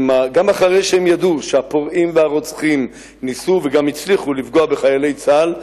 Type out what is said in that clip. גם אחרי שהם ידעו שהפורעים והרוצחים ניסו וגם הצליחו לפגוע בחיילי צה"ל,